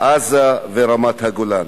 עזה ורמת-הגולן.